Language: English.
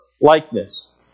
likeness